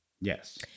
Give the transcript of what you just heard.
yes